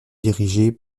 dirigé